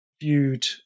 viewed